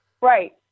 Right